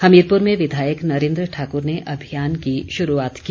हमीरपुर में विधायक नरेन्द्र ठाक्र ने अभियान की शुरूआत की